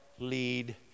lead